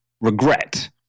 regret